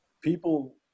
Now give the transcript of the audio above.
People